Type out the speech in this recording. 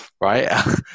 right